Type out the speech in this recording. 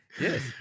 Yes